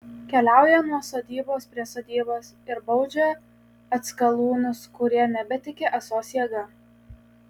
keliauja nuo sodybos prie sodybos ir baudžia atskalūnus kurie nebetiki ąsos jėga